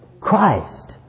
Christ